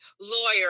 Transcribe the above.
lawyer